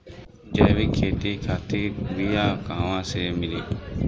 जैविक खेती खातिर बीया कहाँसे मिली?